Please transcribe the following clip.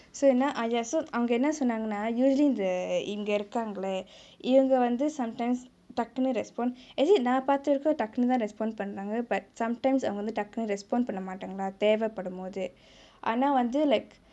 so என்ன:enna ah ya so அவங்கே என்ன சொன்னாங்கனா: avangae enna sonnanggenaa usually the இங்கே இருக்காங்கலே இவங்கே வந்து:ingae irukangalae ivanggae vanthu sometimes டக்குனு:takkunu respond actually நா பாத்த வரைக்கு டக்குனுதா:naa paatha varaiku takkunuthaa respond பன்றாங்கே:panrangae but sometimes அவங்கே டக்குனு:avangae takkunu respond பண்ணமாட்டாங்கலா தேவே படும்போது ஆனா வந்து: pannamaattanggalaa thevae padumpothu aana vanthu like